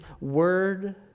word